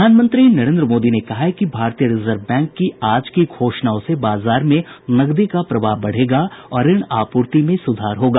प्रधानमंत्री नरेन्द्र मोदी ने कहा है कि भारतीय रिजर्व बैंक की आज की घोषणाओं से बाजार में नकदी का प्रवाह बढ़ेगा और ऋण आपूर्ति में सुधार होगा